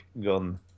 gun